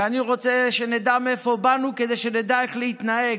ואני רוצה שנדע מאיפה באנו כדי שנדע איך להתנהג.